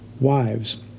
Wives